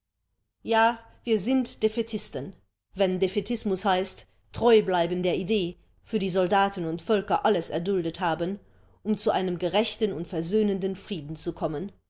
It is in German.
ja wir sind defaitisten wenn defaitismus heißt treu bleiben der idee für die soldaten und völker alles erduldet haben um zu einem gerechten und versöhnenden frieden zu kommen